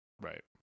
Right